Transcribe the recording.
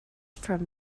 from